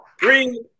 three